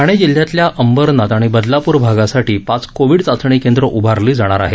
ठाणे जिल्ह्यातल्या अंबरनाथ आणि बदलाप्र भागासाठी पाच कोविड चाचणी केंद्र उभारली जाणार आहे